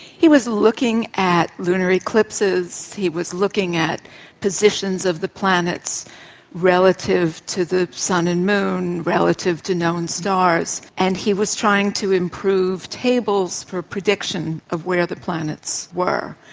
he was looking at lunar eclipses, he was looking at positions of the planets relative to the sun and moon, relative to known stars, and he was trying to improve tables for predictions of where the planets were.